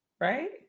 Right